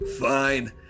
Fine